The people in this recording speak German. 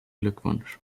glückwunsch